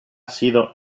sido